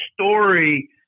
story